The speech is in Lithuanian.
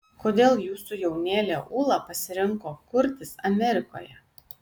kodėl jūsų jaunėlė ūla pasirinko kurtis amerikoje